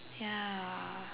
ya